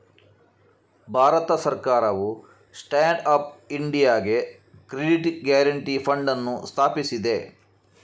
ಭಾರತ ಸರ್ಕಾರವು stand up ಇಂಡಿಯಾಗೆ credit guarantee fund ಅನ್ನು ಸ್ಥಾಪಿಸಿದೆ